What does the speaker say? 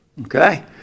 Okay